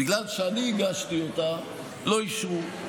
בגלל שאני הגשתי אותה, לא אישרו.